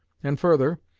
and further,